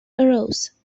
arose